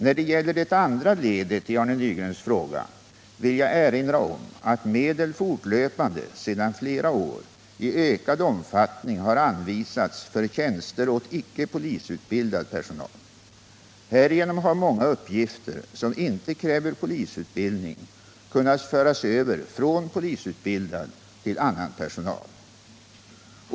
När det gäller det andra ledet i Arne Nygrens fråga vill jag erinra om att medel fortlöpande sedan flera år tillbaka i ökad omfattning har anvisats för tjänster åt icke polisutbildad personal. Härigenom har många uppgifter, som inte kräver polisutbildning, kunnat föras över från polisutbildad till annan personal.